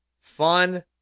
fun